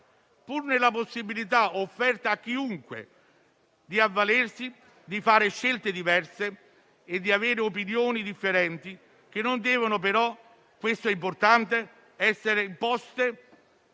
pure nella possibilità offerta a chiunque di operare scelte diverse e di avere opinioni differenti, che non devono però - questo è importante - essere imposte